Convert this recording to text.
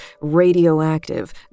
radioactive